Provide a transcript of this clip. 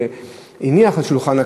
שהוא הניח על שולחן הכנסת,